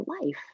life